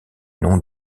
nom